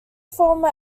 former